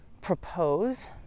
propose